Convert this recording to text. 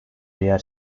yer